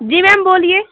जी ma'am बोलिए